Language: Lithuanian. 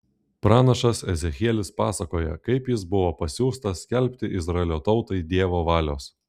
pranašas ezechielis pasakoja kaip jis buvo pasiųstas skelbti izraelio tautai dievo valios